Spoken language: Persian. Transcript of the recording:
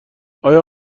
ایا